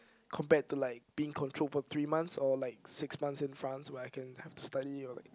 compared to like being controlled for three months or like six months in France where I can have to study or like